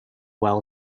well